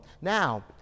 Now